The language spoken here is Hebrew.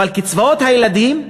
קצבאות הילדים,